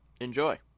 Enjoy